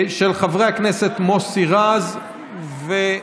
של חברי הכנסת מוסי רז ואחרים.